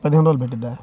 పదిహేను రోజులు పడుతుందా